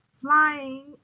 flying